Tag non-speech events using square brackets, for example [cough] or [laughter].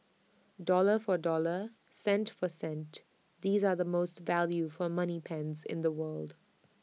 dollar for dollar cent for cent these are the most value [noise] for money pens in the world